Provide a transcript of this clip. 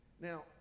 Now